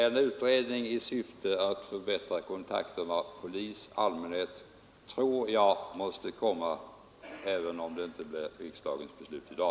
En utredning i syfte att förbättra kontakterna polis—allmänhet tror jag måste komma, även om det inte blir riksdagens beslut i dag.